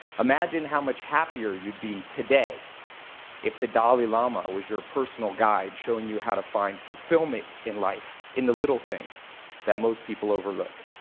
imagine how much happier you'd be today if the dali lama was your personal guide, showing you how to find fulfillment in life, in the little things that most people overlook.